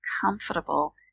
comfortable